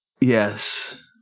Yes